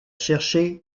chercher